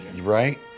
Right